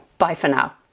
bye for now!